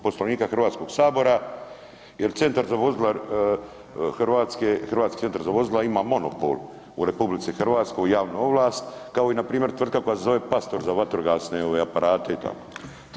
Poslovnika Hrvatskog sabora jer centar za vozila Hrvatske, hrvatski centar za vozila ima monopol u RH, javnu ovlast kao i npr. tvrtka koja se zove Pastor za vatrogasne ove aparate i tako.